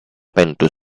pentru